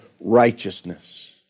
righteousness